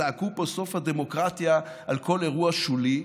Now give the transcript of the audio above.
זעקו פה "סוף הדמוקרטיה" על כל אירוע שולי,